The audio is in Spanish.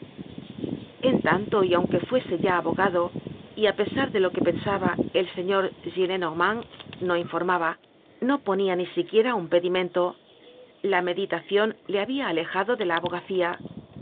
en tanto y aunque fuese ya abogado y á pesar de lo que pensaba el señor gillenormand no informaba no ponia ni siquiera un pedimen te la meditacion le habia alejado de la abogacía